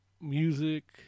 music